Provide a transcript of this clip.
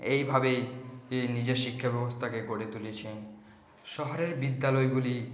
এইভাবেই নিজের শিক্ষাব্যবস্থাকে গড়ে তুলেছেন শহরের বিদ্যালয়গুলি